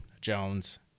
Jones